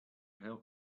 help